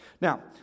Now